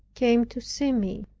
came to see me.